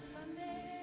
Sunday